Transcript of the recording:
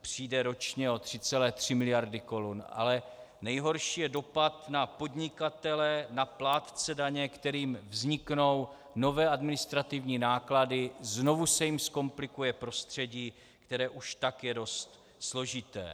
přijde ročně o 3,3 mld. korun, ale nejhorší je dopad na podnikatele, na plátce daně, kterým vzniknou nové administrativní náklady, znovu se jim zkomplikuje prostředí, které už tak je dost složité.